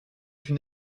une